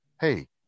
hey –